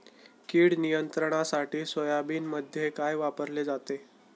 कीड नियंत्रणासाठी सोयाबीनमध्ये काय वापरले जाते?